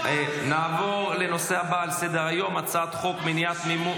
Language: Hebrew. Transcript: נעבור לנושא הבא על סדר-היום: הצעת חוק מניעת מימון